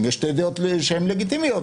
אם יש שתי דעות שהן לגיטימיות,